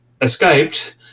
escaped